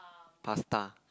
pasta